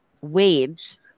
wage